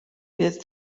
bydd